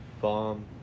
Bomb